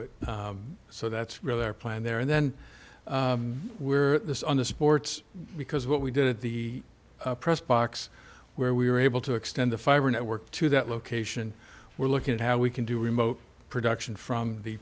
it so that's really our plan there and then we're on the sports because what we did at the press box where we were able to extend the fiber network to that location we're looking at how we can do remote production from the